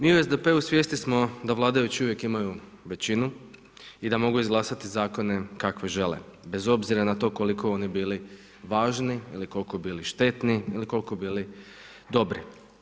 Mi u SDP-u svjesni smo da vladajući uvijek imaju većinu i da mogu izglasati zakone kakve žele, bez obzira na to koliko oni bili važni, ili koliko bili štetni, ili koliko bili dobri.